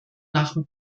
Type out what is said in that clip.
nach